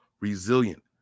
resilient